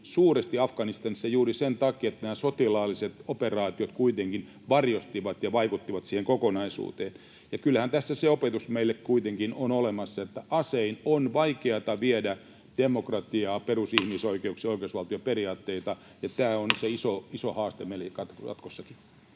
suuresti Afganistanissa juuri sen takia, että nämä sotilaalliset operaatiot kuitenkin varjostivat ja vaikuttivat siihen kokonaisuuteen. Ja kyllähän tässä se opetus meille kuitenkin on olemassa, että asein on vaikeata viedä demokratiaa, perusihmisoikeuksia, oikeusvaltion periaatteita, ja tämä on se iso haaste meille jatkossakin.